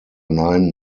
nine